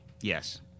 Yes